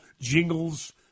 jingles